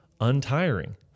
untiring